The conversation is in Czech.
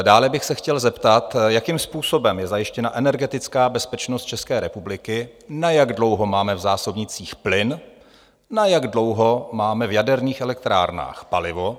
Dále bych se chtěl zeptat, jakým způsobem je zajištěna energetická bezpečnost České republiky, na jak dlouho máme v zásobnících plyn, na jak dlouho máme v jaderných elektrárnách palivo?